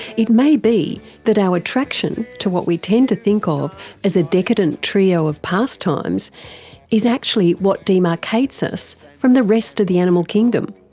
it may be that our attraction to what we tend to think of as a decadent trio of pastimes is actually what demarcates us from the rest of the animal kingdom.